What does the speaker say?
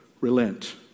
relent